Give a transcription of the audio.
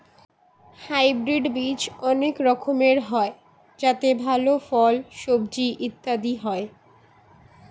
hybrid বীজ অনেক রকমের হয় যাতে ভালো ফল, সবজি ইত্যাদি হয়